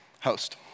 host